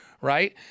right